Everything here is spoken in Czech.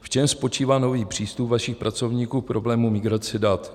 V čem spočívá nový přístup vašich pracovníků k problému migrace dat?